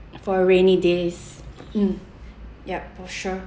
for rainy days mm yup for sure